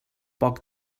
poc